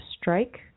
strike